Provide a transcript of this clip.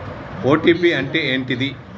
OTP అంటే ఏంటిది?